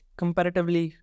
comparatively